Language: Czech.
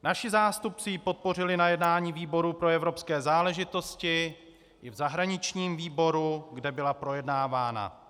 Naši zástupci ji podpořili na jednání výboru pro evropské záležitosti i v zahraničním výboru, kde byla projednávána.